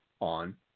on